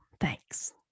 Thanks